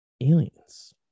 aliens